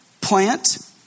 Plant